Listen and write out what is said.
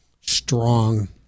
strong